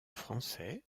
français